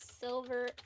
silver